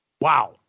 Wow